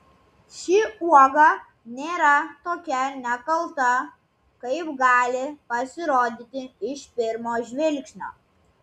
ši uoga nėra tokia nekalta kaip gali pasirodyti iš pirmo žvilgsnio